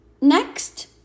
Next